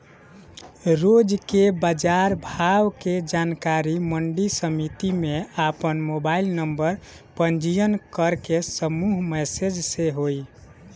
रोज के बाजार भाव के जानकारी मंडी समिति में आपन मोबाइल नंबर पंजीयन करके समूह मैसेज से होई?